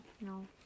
No